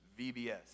VBS